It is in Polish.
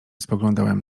spoglądałem